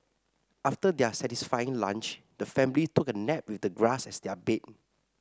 after their satisfying lunch the family took a nap with the grass as their bed